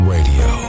Radio